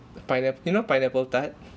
pinap~ you know pineapple tart